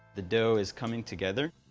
the dough is coming together.